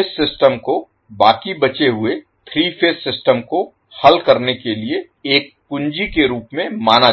इस सिस्टम को बाकि बचे हुए 3 फेज सिस्टम को हल करने के लिए एक कुंजी के रूप में माना जाता है